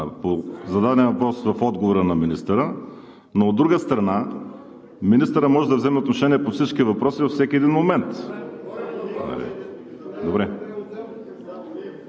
по зададен въпрос в отговора на министъра. Но, от друга страна, министърът може да вземе отношение по всички въпроси във всеки един момент.